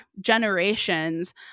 generations